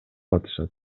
атышат